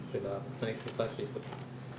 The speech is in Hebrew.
בתנאי התמיכה שייקבעו.